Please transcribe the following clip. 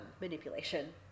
manipulation